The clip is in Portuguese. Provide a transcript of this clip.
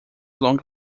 longa